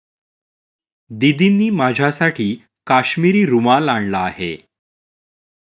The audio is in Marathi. दीदींनी माझ्यासाठी काश्मिरी रुमाल आणला आहे